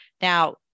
Now